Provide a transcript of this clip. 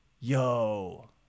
Yo